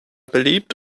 beliebt